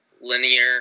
linear